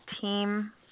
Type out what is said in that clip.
team